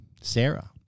Sarah